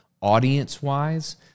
audience-wise